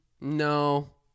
no